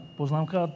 poznámka